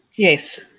Yes